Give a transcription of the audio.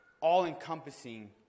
all-encompassing